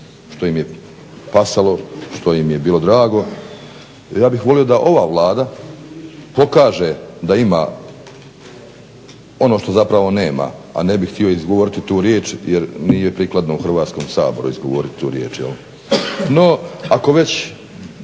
što im je pasalo, što im je bilo drago ja bih volio da ova Vlada pokaže da ima ono što zapravo nema, a ne bih htio izgovoriti tu riječ jer nije prikladno u Hrvatskom saboru izgovoriti tu riječ. No, ako već